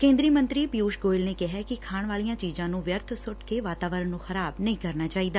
ਕੇਂਦਰੀ ਮੰਤਰੀ ਪਿਊਸ਼ ਗੋਇਲ ਨੇ ਕਿਹੈ ਕਿ ਖਾਣ ਵਾਲੀਆਂ ਚੀਜ਼ਾਂ ਨੂੰ ਵਿਅਰਥ ਸੁੱਟ ਕੇ ਵਾਤਾਵਰਣ ਨੂੰ ਖ਼ਰਾਬ ਨਹੀਂ ਕਰਨਾ ਚਾਹੀਦਾ